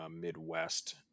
Midwest